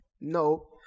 no